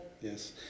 yes